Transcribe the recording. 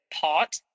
pot